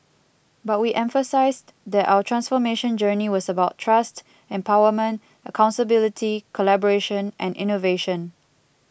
but we emphasised that our transformation journey was about trust empowerment accountability collaboration and innovation